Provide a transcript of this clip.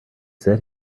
said